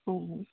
ହଁ ହଉ